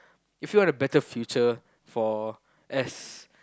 if you want a better future for S